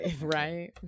Right